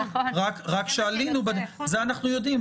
זה אנחנו יודעים,